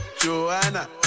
Joanna